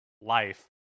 life